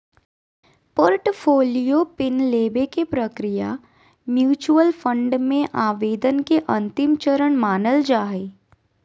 portfolio PIN लेबे के प्रक्रिया म्यूच्यूअल फंड मे आवेदन के अंतिम चरण मानल जा हय